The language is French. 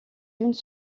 unes